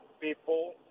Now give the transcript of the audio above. people